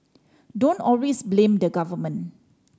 don't always blame the government